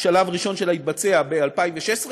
השלב הראשון שלה התבצע כבר ב-2016,